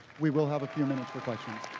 we will have a few minutes for questions.